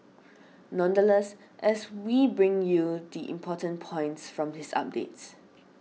nonetheless as we bring you the important points from his updates